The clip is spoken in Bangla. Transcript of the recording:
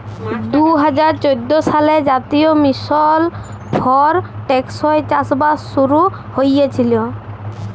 দু হাজার চোদ্দ সালে জাতীয় মিশল ফর টেকসই চাষবাস শুরু হঁইয়েছিল